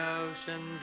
ocean